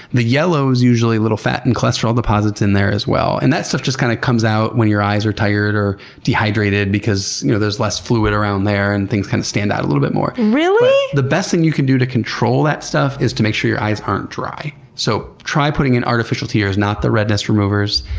the yellow is usually little fat and cholesterol deposits in there as well. and that stuff just kind of comes out when your eyes are tired or dehydrated because you know there's less fluid around there and things kind of stand out a little bit more. the best thing you can do to control that stuff is to make sure your eyes aren't dry. so try putting in artificial tears, not the redness removers,